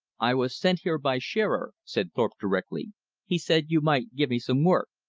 i was sent here by shearer, said thorpe directly he said you might give me some work.